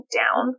down